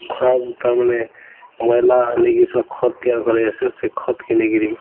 ଖରାପ ତାର୍ ମାନେ ମଇଳା ନେଇକିରି ସବୁ ଖତ୍ ତିଆରି କରାଯାଏ ଆସେ ସେ ଖତ୍କେ ନେଇକିରି